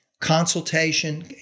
consultation